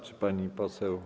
Czy pani poseł.